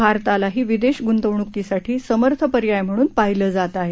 भारतालाही विदेश गुंतवणुकीसाठी समर्थ पर्याय म्हणून पाहिले जात आहे